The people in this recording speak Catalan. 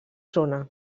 zona